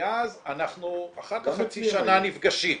מאז אנחנו אחרי כחצי שנה נפגשים.